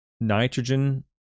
nitrogen